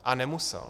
A nemusel.